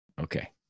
Okay